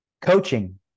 Coaching